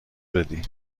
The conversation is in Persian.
بدی